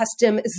custom